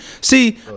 See